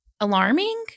alarming